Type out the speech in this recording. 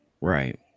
Right